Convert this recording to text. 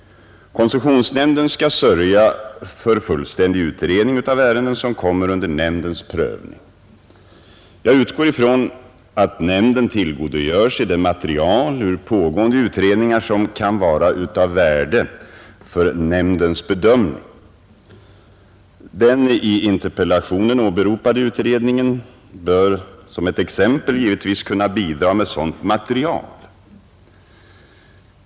Koncessionsnämnden skall sörja för fullständig utredning av ärenden som kommer under dess prövning. Jag utgår från att nämnden tillgodogör sig det material ur pågående utredningar som kan vara av värde för dess bedömning. Den i interpellationen åberopade utredningen bör, som ett exempel, givetvis kunna bidra med sådant material.